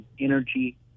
energy